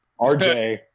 rj